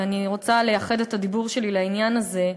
ואני רוצה לייחד את הדיבור שלי לעניין הזה,